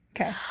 Okay